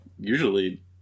usually